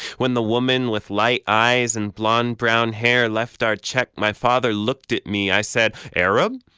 when the woman with light eyes and blond-brown hair left our check, my father looked at me. i said, arab?